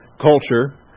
culture